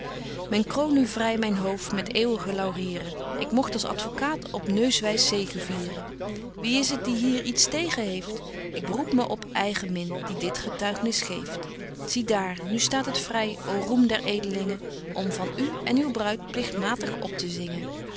men kroon nu vry myn hoofd met eeuwige laurieren ik mogt als advocaat op neuswys zegevieren wie is t die hier iets tegen heeft k beroep me op eigenmin die dit getuignis geeft zie daar nu staat het vry ô roem der edelingen om van u en uw bruid pligtmatig op te zingen